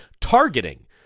targeting